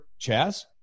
Chaz